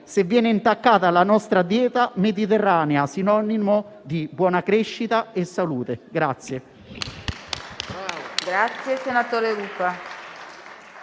se viene intaccata la nostra dieta mediterranea, sinonimo di buona crescita e salute.